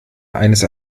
eines